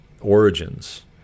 origins